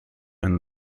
and